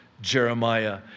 Jeremiah